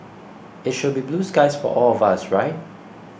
it should be blue skies for all of us right